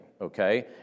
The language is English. okay